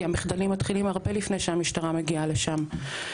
כי המחדלים מתחילים הרבה לפני שהמשטרה מגיעה לשם.